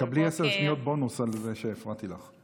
קבלי עשר שניות בונוס על זה שהפרעתי לך.